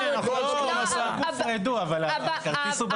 לא, --- הופרדו, אבל הכרטיס הוא בנקאי.